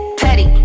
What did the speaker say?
petty